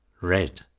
Red